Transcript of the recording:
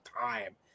time